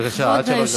בבקשה, עד שלוש דקות.